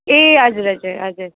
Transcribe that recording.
ए हजुर हजुर हजुर